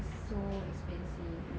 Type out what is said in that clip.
is so expensive